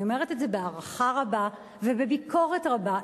אני אומרת את זה בהערכה רבה ובביקורת רבה,